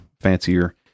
fancier